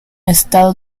estado